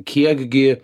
kiek gi